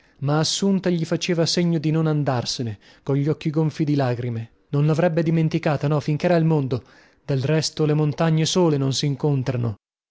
ma assunta gli faceva segno di non andarsene cogli occhi gonfi di lagrime non lavrebbe dimenticata no finchera al mondo del resto le montagne sole non sincontrano